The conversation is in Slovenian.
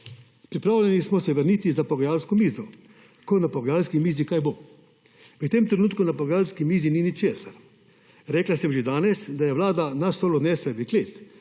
»Pripravljeni smo se vrniti za pogajalsko mizo, ko na pogajalski mizi kaj bo. V tem trenutku na pogajalski mizi ni ničesar. Rekla sem že danes, da je Vlada nas / nerazumljivo/ odnesla v klet,